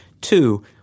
Two